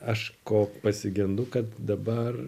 aš ko pasigendu kad dabar